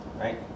Right